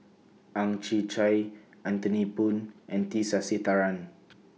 Ang Chwee Chai Anthony Poon and T Sasitharan